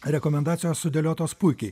rekomendacijos sudėliotos puikiai